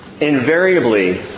invariably